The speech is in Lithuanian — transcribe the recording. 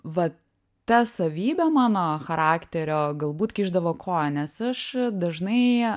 va ta savybė mano charakterio galbūt kišdavo koją nes aš dažnai